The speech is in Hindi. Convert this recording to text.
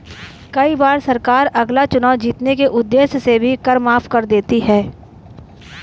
कई बार सरकार अगला चुनाव जीतने के उद्देश्य से भी कर माफ कर देती है